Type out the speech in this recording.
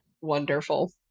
wonderful